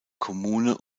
kommune